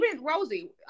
Rosie